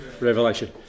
revelation